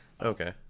Okay